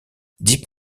deep